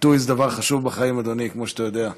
עיתוי זה דבר חשוב בחיים, אדוני, כמו שאתה יודע.